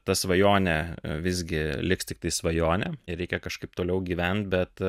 ta svajonė visgi liks tiktai svajone ir reikia kažkaip toliau gyvent bet